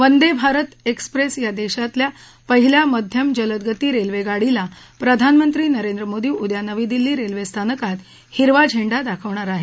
Vande Bharat express या देशातल्या पहिल्या मध्यम जलदगती रेल्वेगाडीला प्रधानमंत्री नरेंद्र मोदी उद्या नवी दिल्ली रेल्वे स्थानकात हिरवा झेंडा दाखवणार आहेत